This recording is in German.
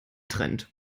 trennt